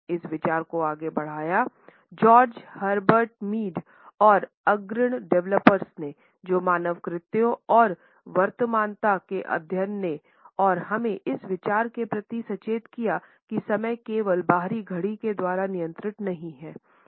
इस विचार को आगे बढ़ाया जॉर्ज हर्बर्ट मीड कहा गया भी है